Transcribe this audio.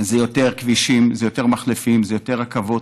זה יותר כבישים, זה יותר מחלפים, זה יותר רכבות.